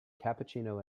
cappuccino